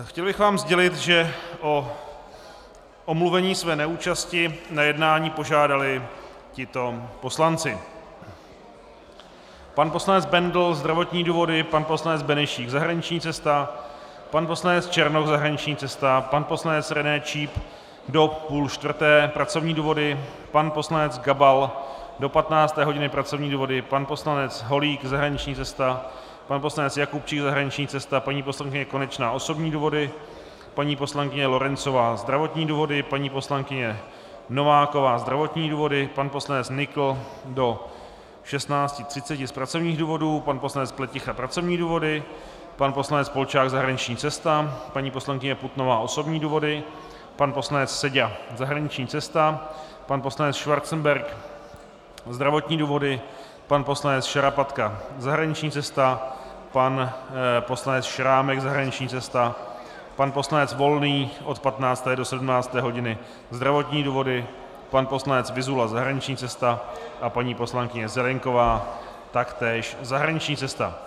Chtěl bych vám sdělit, že o omluvení své neúčasti na jednání požádali tito poslanci: pan poslanec Bendl zdravotní důvody, pan poslanec Benešík zahraniční cesta, pan poslanec Černoch zahraniční cesta, pan poslanec René Číp do půl čtvrté pracovní důvody, pan poslanec Gabal do 15. hodiny pracovní důvody, pan poslanec Holík zahraniční cesta, pan poslanec Jakubčík zahraniční cesta, paní poslankyně Konečná osobní důvody, paní poslankyně Lorencová zdravotní důvody, paní poslankyně Nováková zdravotní důvody, pan poslanec Nykl do 16.30 hodin z pracovních důvodů, pan poslanec Pleticha pracovní důvody, pan poslanec Polčák zahraniční cesta, paní poslankyně Putnová osobní důvody, pan poslanec Seďa zahraniční cesta, pan poslanec Schwarzenberg zdravotní důvody, pan poslanec Šarapatka zahraniční cesta, pan poslanec Šrámek zahraniční cesta, pan poslanec Volný od 15. do 17. hodiny zdravotní důvody, pan poslanec Vyzula zahraniční cesta a paní poslankyně Zelienková taktéž zahraniční cesta.